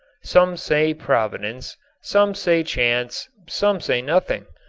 some say, providence some say, chance some say nothing.